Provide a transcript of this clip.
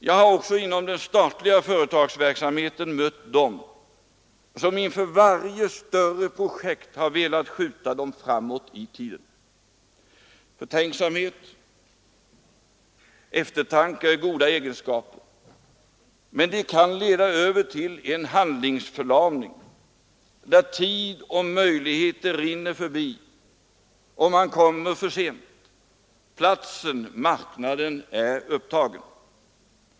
Jag har också inom den statliga företagsamheten mött dem som inför ett flertal större projekt har velat skjuta detta framåt i tiden. Betänksamhet och eftertanke är goda egenskaper, men de kan leda över till en handlingsförlamning där tid och möjligheter rinner förbi och man kommer för sent. Platsen, marknaden är upptagen.